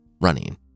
running